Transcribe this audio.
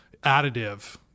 additive